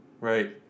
Right